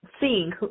seeing